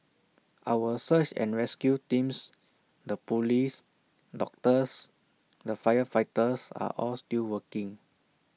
our search and rescue teams the Police doctors the firefighters are all still working